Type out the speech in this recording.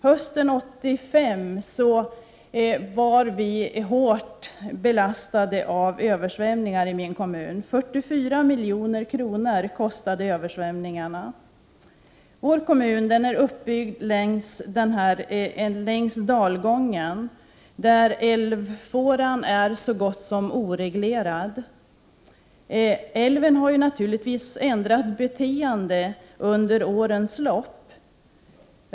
Hösten 1985 var vi hårt belastade av översvämningar i min kommun. 44 milj.kr. kostade översvämningarna. Vår kommun är uppbyggd längs en dalgång där älvfåran är så gott som oreglerad. Älven har naturligtvis ändrat beteende under årens lopp.